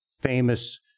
famous